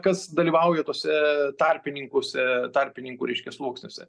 kas dalyvauja tose tarpininkuose tarpininkų reiškia sluoksniuose